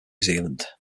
zealand